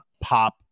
pop